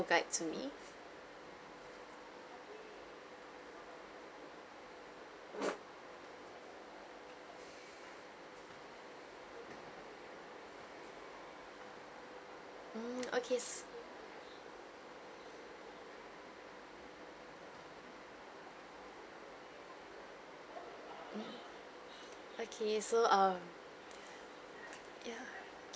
tour guide to me